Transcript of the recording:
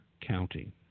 county